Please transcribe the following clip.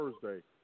Thursday